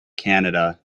canada